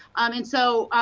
um and so,